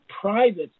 private